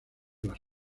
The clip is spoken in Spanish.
las